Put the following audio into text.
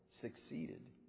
succeeded